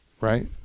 right